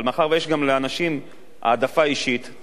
אבל מאחר שיש גם לאנשים העדפה אישית,